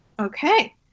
Okay